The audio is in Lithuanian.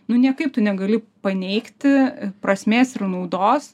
nu niekaip tu negali paneigti prasmės ir naudos